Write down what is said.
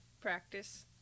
practice